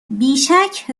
بیشک